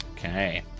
Okay